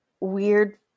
weird